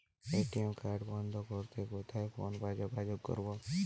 ATM card বন্ধ করতে কোথায় ফোন বা যোগাযোগ করব?